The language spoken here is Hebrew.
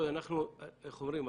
איך אומרים?